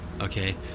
Okay